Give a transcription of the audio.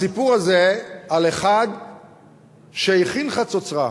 הסיפור הזה על אחד שהכין חצוצרה